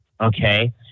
Okay